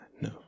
No